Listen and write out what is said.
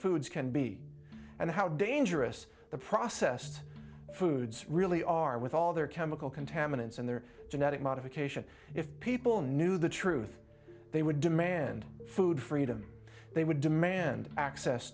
foods can be and how dangerous the processed foods really are with all their chemical contaminants in their genetic modification if people knew the truth they would demand food freedom they would demand access